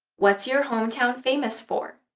what's your hometown famous for?